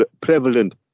prevalent